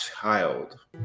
child